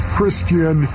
Christian